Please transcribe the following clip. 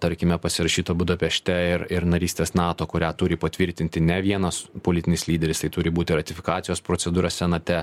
tarkime pasirašyto budapešte ir ir narystės nato kurią turi patvirtinti ne vienas politinis lyderis tai turi būti ratifikacijos procedūra senate